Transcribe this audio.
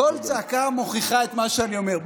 כל צעקה מוכיחה את מה שאני אומר.